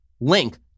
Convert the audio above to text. link